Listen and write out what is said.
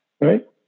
Right